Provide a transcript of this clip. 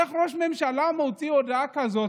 איך ראש ממשלה מוציא הודעה כזאת?